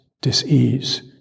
dis-ease